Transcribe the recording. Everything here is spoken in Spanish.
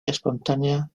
espontánea